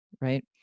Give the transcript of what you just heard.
Right